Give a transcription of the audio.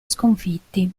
sconfitti